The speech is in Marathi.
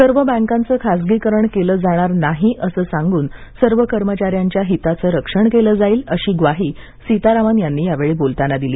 सर्व बँकाचं खासगीकरण केलं जाणार नाही असं सांगून सर्व कर्मचाऱ्यांच्या हिताचं रक्षण केलं जाईल अशी ग्वाही सीतारामन यांनी यावेळी बोलताना दिली